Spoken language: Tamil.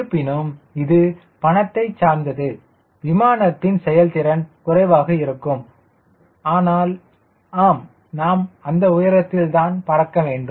இருப்பினும் இது பணத்தை சார்ந்தது விமானத்தின் செயல்திறன் குறைவாக இருக்கும் ஆனால் ஆம் நாம் அந்த உயரத்தில் பறக்க வேண்டும்